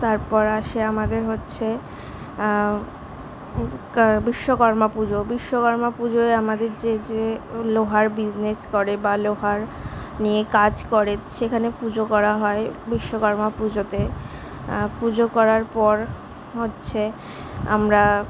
তারপর আসে আমাদের হচ্ছে কা বিশ্বকর্মা পুজো বিশ্বকর্মা পুজোয় আমাদের যে যে লোহার বিজনেস করে বা লোহার নিয়ে কাজ করে সেখানে পুজো করা হয় বিশ্বকর্মা পুজোতে পুজো করার পর হচ্ছে আমরা